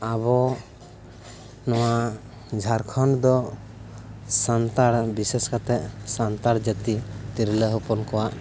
ᱟᱵᱚ ᱱᱚᱣᱟ ᱡᱷᱟᱨᱠᱷᱚᱸᱰ ᱫᱚ ᱥᱟᱱᱛᱟᱲ ᱵᱤᱥᱮᱥ ᱠᱟᱛᱮᱫ ᱥᱟᱱᱛᱟᱲ ᱡᱟᱹᱛᱤ ᱛᱤᱨᱞᱟᱹᱦᱚᱯᱚᱱ ᱠᱚᱣᱟᱜ